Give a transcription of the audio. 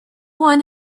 one